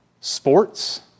sports